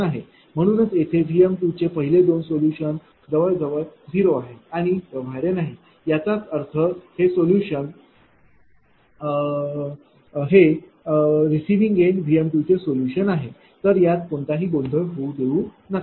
म्हणूनच येथे Vचे पहिले दोन सोल्यूशन जवळजवळ 0 आहेत आणि व्यवहार्य नाहीत याचा अर्थ असा की हे सोलुशन Vm212bjjb2jj 4cjj1212हे रिसिविंग एंड Vm2 चे सोल्युशन आहे तर यात कोणताही गोंधळ होऊ देऊ नका